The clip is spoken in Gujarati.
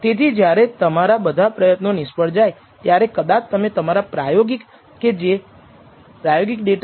તેથી આપણે તેના વિતરણમાંથી β1 માટે 95 ટકા કોન્ફિડન્સ ઈન્ટર્વલસ મેળવી રહ્યા છીએ